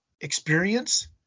experience